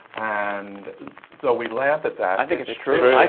and though we laugh at that i think it's true.